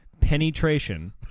penetration